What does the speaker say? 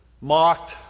mocked